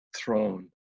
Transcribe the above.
throne